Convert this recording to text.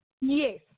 Yes